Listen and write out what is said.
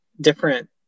different